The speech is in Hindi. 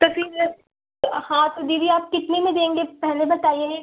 तो फिर हाँ तो दीदी आप कितने में देंगे पहले बताइए